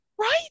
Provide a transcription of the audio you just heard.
Right